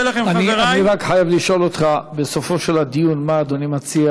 שעכשיו במקום להיות מטופלת בהדסה היא מטופלת